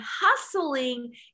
hustling